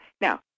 now